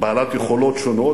בעלת יכולות שונות,